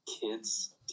kid's